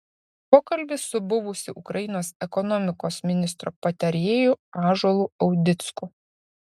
pokalbis su buvusiu ukrainos ekonomikos ministro patarėju ąžuolu audicku